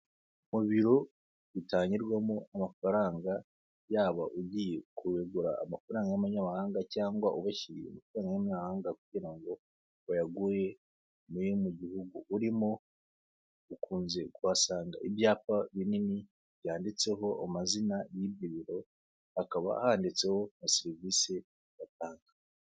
Mu biro bitangirwamo amafaranga yaba ugiye kubigura amafaranga y'amanyamahanga cyangwa ubashyiriye amafaranga y'amahanga kugira ngo bayaguhe uri mu gihugu urimo, ukunze kuhasanga ibyapa binini byanditseho amazina y'ibyo biro, hakaba handitseho na serivisi batanga.